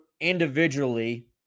individually